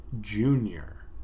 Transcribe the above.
Junior